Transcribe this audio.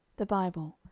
the bible,